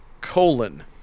colon